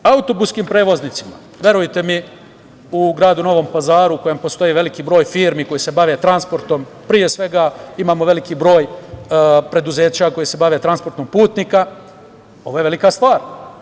Autobuskim prevoznicima, verujte mi, u gradu Novom Pazaru u kojem postoji veliki broj firmi koje se bave transportom, pre svega imamo veliki broj preduzeća koja se bave transportom putnika, ovo je velika stvar.